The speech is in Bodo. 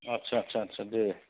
आटसा आटसा आटसा दे